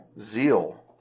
zeal